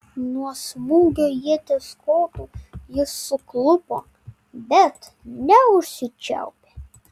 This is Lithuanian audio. nuo smūgio ieties kotu jis suklupo bet neužsičiaupė